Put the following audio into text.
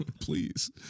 Please